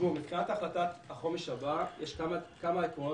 מבחינת החלטת החומש הבאה יש כמה עקרונות